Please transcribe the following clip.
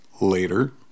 later